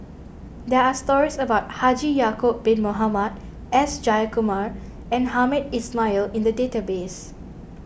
there are stories about Haji Ya'Acob Bin Mohamed S Jayakumar and Hamed Ismail in the database